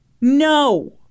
No